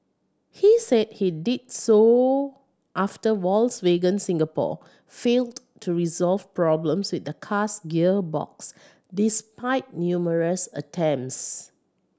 he said he did so after Volkswagen Singapore failed to resolve problems with the car's gearbox despite numerous attempts